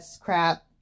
crap